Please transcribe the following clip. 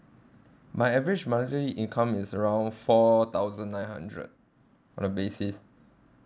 my average monthly income is around four thousand nine hundred for the basis